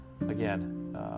again